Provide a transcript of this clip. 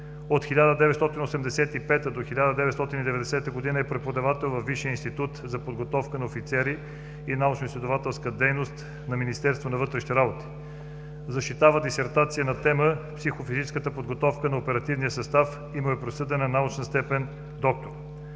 От 1985 до 1990 г. е преподавател във Висшия институт за подготовка на офицери и научноизследователска дейност на Министерство на вътрешните работи. Защитава дисертация на тема: „Психофизическата подготовка на оперативния състав“ и му е присъдена научна степен „доктор“.